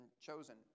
chosen